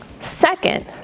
Second